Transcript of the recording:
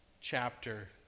chapter